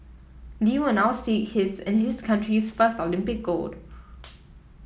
Lee will now seek his and his country's first Olympic gold